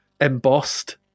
embossed